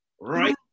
right